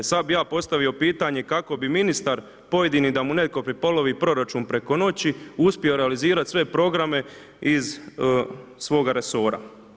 E sad bih ja postavio pitanje kako bi ministar pojedini da mu netko prepolovi proračun preko noći uspio realizirati sve programe iz svoga resora?